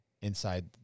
Inside